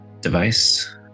device